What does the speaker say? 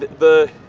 the.